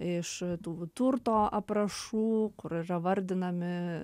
iš tų turto aprašų kur yra vardinami